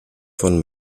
von